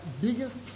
biggest